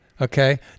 okay